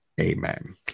Amen